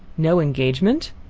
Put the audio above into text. no engagement!